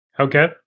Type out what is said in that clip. Okay